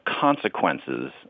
consequences